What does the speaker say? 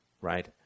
Right